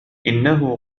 إنه